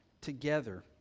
together